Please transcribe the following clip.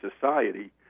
society